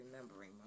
remembering